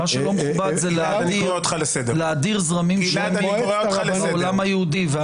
מה שלא מכובד זה להאדיר זרמים שונים בעולם היהודי,